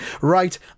Right